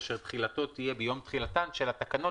כאשר תחילתו תהיה ביום תחילתן של התקנות